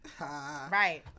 right